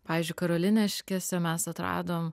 pavyzdžiui karoliniškėse mes atradom